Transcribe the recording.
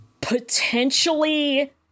potentially